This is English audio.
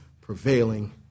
prevailing